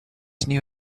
knew